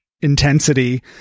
intensity